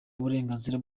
uburenganzira